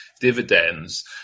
dividends